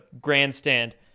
grandstand